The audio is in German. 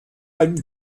einem